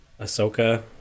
ahsoka